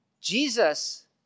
Jesus